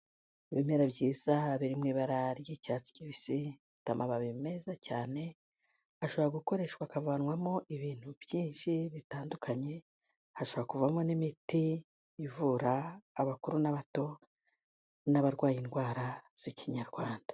Ibimera byiza biri mu ibara ry'icyatsi kibisi, bifite amababi meza cyane ashobora gukoreshwa akavanwamo ibintu byinshi bitandukanye, hashobora kuvamo n'imiti ivura abakuru n'abato n'abarwaye indwara z'ikinyarwanda.